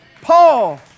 Paul